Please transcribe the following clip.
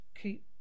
keep